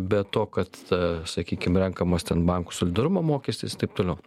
be to kad sakykim renkamas ten bankų solidarumo mokestis taip toliau